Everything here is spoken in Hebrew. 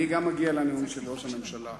אני גם אגיע לנאום של ראש הממשלה.